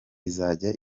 izajya